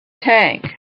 tank